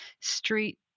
street